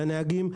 לנהגים,